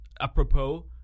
apropos